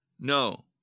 No